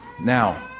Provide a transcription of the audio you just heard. Now